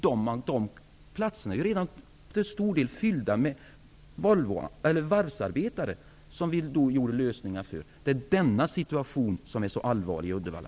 De platserna är till stor del redan fyllda med varvsarbetare, som vi då gjorde lösningar för. Det är den situationen som är så allvarlig i Uddevalla.